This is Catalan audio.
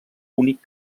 únic